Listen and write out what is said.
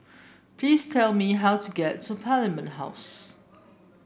please tell me how to get to Parliament House